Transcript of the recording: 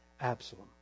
Absalom